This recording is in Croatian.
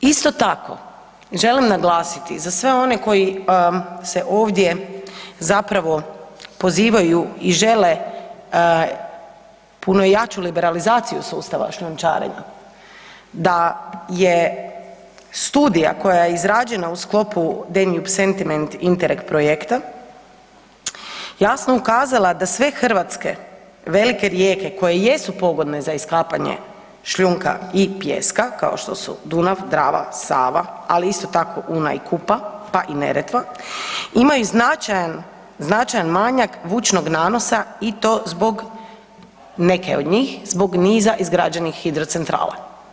Isto tako, želim naglasiti za sve one koji se ovdje zapravo pozivaju i žele puno jaču liberalizaciju sustava šljunčarenja, da je studija koja je izrađena u sklopu Danube Sediment Interreg projekta, jasno ukazala da sve hrvatske velike rijeke koje jesu pogodne za iskapanje šljunka i pijeska, kao što su Dunav, Drava, Sava ali isto tako Una i Kupa, pa i Neretva, imaju značajan manjak vučnog nanosa i to zbog, neke od njih, zbog niza izgrađenih hidrocentrala.